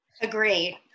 Agree